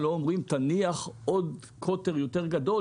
לא אומרים "תניח קוטר יותר גדול,